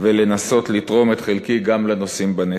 מלנסות לתרום את חלקי גם לנושאים בנטל.